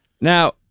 Now